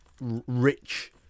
rich